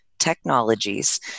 Technologies